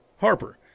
Harper